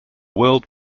world